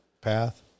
path